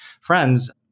friends